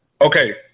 Okay